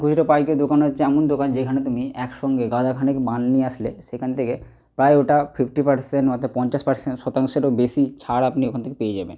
খুচরো পাইকারি দোকান হচ্ছে এমন দোকান যেখানে তুমি একসঙ্গে গাদা খানেক মাল নিয়ে আসলে সেখান থেকে প্রায় ওটা ফিফটি পার্সেন অর্থাৎ পঞ্চাশ পার্সেন শতাংশেরও বেশি ছাড় আপনি ওখান থেকে পেয়ে যাবেন